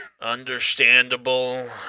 understandable